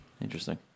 Interesting